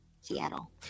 Seattle